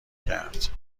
کرد